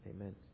Amen